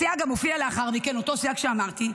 הסייג גם הופיע לאחר מכן, אותו סייג שאמרתי: